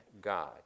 God